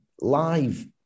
live